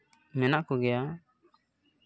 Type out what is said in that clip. ᱢᱮᱱᱟᱜ ᱠᱚᱜᱮᱭᱟ